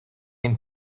ein